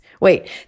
Wait